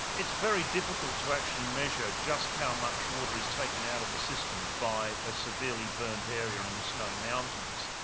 it's very difficult to actually measure just how much water is taken out of the system by a severely burnt area in the snowy mountains.